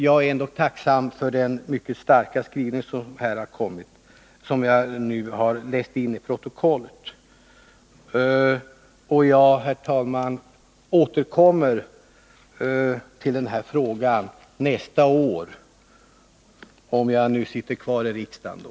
Man jag är tacksam för den mycket starka skrivning som jag nu har läst in till protokollet och återkommer, herr talman, till den här frågan nästa år, om jag är kvar i riksdagen då.